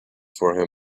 for